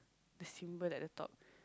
the symbol at the top